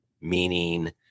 meaning